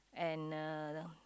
and uh